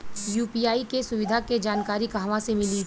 UPI के सुविधा के जानकारी कहवा से मिली?